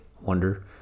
wonder